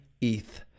ETH